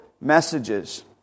messages